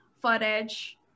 footage